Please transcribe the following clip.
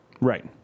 Right